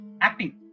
Acting